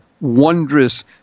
wondrous